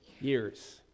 years